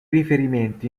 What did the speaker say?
riferimenti